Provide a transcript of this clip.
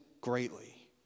greatly